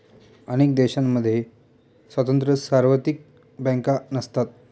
अनेक देशांमध्ये स्वतंत्र सार्वत्रिक बँका नसतात